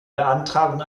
beantragung